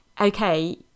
okay